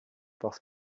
parce